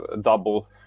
double